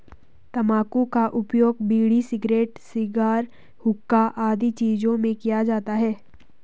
तंबाकू का उपयोग बीड़ी, सिगरेट, शिगार, हुक्का आदि चीजों में किया जाता है